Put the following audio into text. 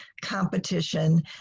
competition